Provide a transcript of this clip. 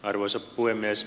arvoisa puhemies